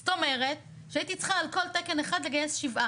זאת אומרת הייתי צריכה על כל תקן אחד לגייס שבעה,